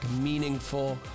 meaningful